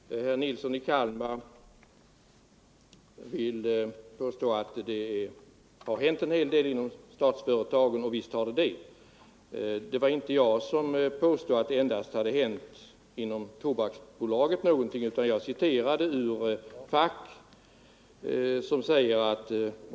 Herr talman! Herr Nilsson i Kalmar påstår att det har hänt en hel del inom statsföretagen på detta område, och visst har det det. Det var inte jag som påstod att det bara var inom Tobaksbolaget någonting hade åstadkommits, utan jag citerade ur Fack.